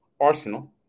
Arsenal